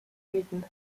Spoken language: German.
bieten